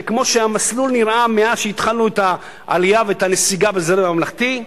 וכמו שהמסלול נראה מאז התחלנו את העלייה ואת הנסיגה בזרם הממלכתי,